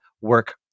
work